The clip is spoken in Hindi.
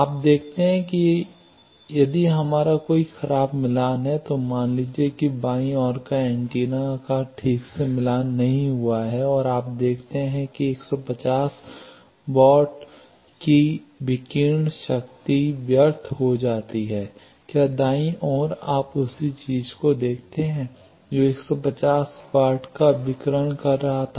आप देखते हैं कि यदि हमारा कोई खराब मिलान है तो मान लीजिए कि बाईं ओर का एंटीना का ठीक से मिलान नहीं हुआ है और आप देखते हैं कि 150 वाट की विकीर्ण शक्ति व्यर्थ हो जाती है क्या दाईं ओर आप उसी चीज को देखते हैं जो 150 वाट का विकिरण कर रहा था